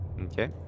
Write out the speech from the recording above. Okay